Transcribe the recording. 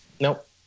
Nope